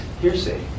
hearsay